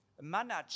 manage